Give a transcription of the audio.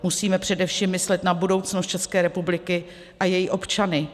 Musíme především myslet na budoucnost České republiky a její občany.